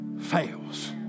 fails